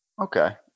Okay